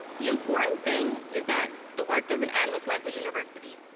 the important thing is that the work doesn't end with lesley university.